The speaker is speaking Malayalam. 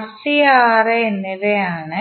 Rc Ra എന്നിവയാണ്